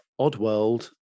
Oddworld